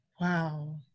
Wow